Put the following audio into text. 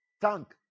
tank